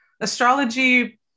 astrology